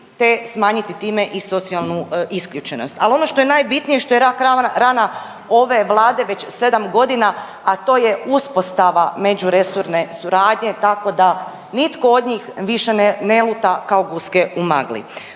te smanjiti time i socijalnu isključenost. Ali ono što je najbitnije, što je rak rana ove Vlade već 7 godina, a to je uspostava međuresorne suradnje tako da nitko od njih više ne luta kao guske u magli.